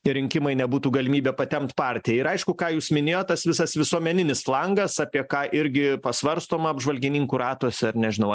tie rinkimai nebūtų galimybė patempt partiją ir aišku ką jūs minėjot tas visas visuomeninis langas apie ką irgi pasvarstoma apžvalgininkų ratuose ar nežinau